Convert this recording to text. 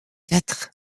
quatre